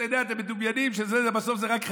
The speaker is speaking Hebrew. אתם מדמיינים שבסוף זה רק חרדים.